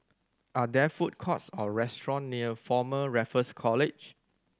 are there food courts or restaurant near Former Raffles College